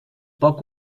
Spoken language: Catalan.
poc